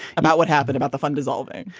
about what happened, about the fund dissolving?